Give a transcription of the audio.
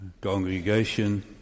congregation